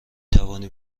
توانی